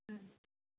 ம்